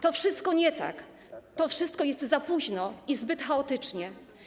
To wszystko nie tak, to wszystko jest za późno i zbyt chaotycznie.